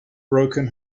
broken